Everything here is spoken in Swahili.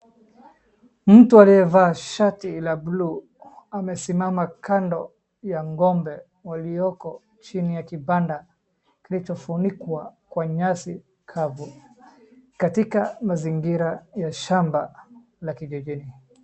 Mtu aliyevaa shati la buluu, amesimama kando ya ng'ombe walioko chini ya kibanda kilichofunikwa kwa nyasi kavu, katika mazingira ya shamba la kijijini.